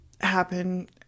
happen